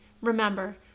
Remember